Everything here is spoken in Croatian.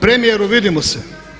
Premijeru, vidimo se.